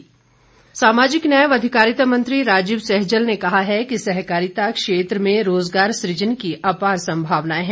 राजीव सैजल सामाजिक न्याय व अधिकारिता मंत्री राजीव सैजल ने कहा कि सहकारिता क्षेत्र में रोजगार सुजन की अपार संभावनाएं हैं